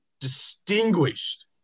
distinguished